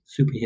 superhero